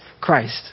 Christ